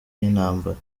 y’intambara